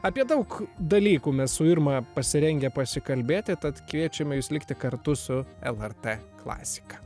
apie daug dalykų mes su irma pasirengę pasikalbėti tad kviečiame jus likti kartu su lrt klasika